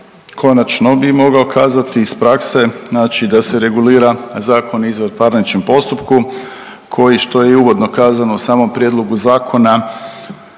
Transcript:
konačno bi mogao kazati iz prakse znači da se regulira Zakon o izvanparničnom postupku koji što je i uvodno kazano u samom prijedlogu zakona